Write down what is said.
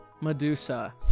Medusa